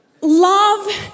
love